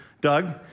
Doug